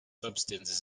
substances